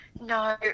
no